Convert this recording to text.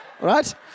Right